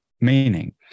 meaning